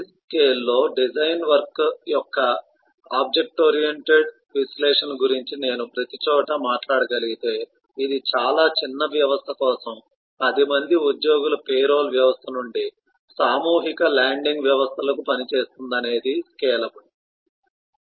ప్రతి స్కేల్లో design work యొక్క ఆబ్జెక్ట్ ఓరియెంటెడ్ విశ్లేషణ గురించి నేను ప్రతిచోటా మాట్లాడగలిగితే ఇది చాలా చిన్న వ్యవస్థ కోసం 10 మంది ఉద్యోగుల పేరోల్ వ్యవస్థ నుండి సామూహిక ల్యాండింగ్ వ్యవస్థలకు పనిచేస్తుందనేది స్కేలబుల్